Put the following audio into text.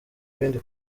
ibindi